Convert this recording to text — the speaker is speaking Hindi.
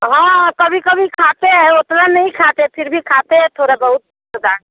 हाँ हाँ कभी कभी खाते हैं उतना नहीं खाते फिर भी खाते हैं थोड़ा बहुत सुबह